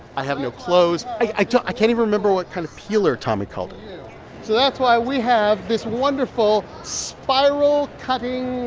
i have no clothes. i don't i can't even remember what kind of peeler tommy called it so that's why we have this wonderful spiral-cutting.